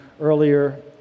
earlier